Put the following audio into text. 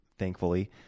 Thankfully